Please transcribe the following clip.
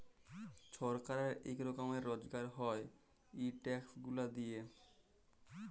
ছরকারের ইক রকমের রজগার হ্যয় ই ট্যাক্স গুলা দিঁয়ে